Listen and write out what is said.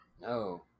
No